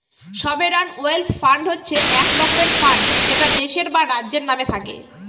sovereign wealth fund হচ্ছে এক রকমের ফান্ড যেটা দেশের বা রাজ্যের নামে থাকে